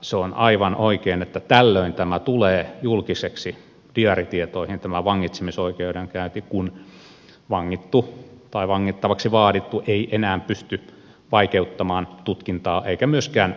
se on aivan oikein että tällöin tämä vangitsemisoikeudenkäynti tulee julkiseksi diaaritietoihin kun vangittu tai vangittavaksi vaadittu ei enää pysty vaikeuttamaan tutkintaa eikä myöskään pakenemaan